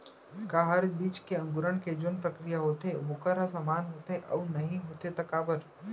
का हर बीज के अंकुरण के जोन प्रक्रिया होथे वोकर ह समान होथे, अऊ नहीं होथे ता काबर?